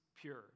pure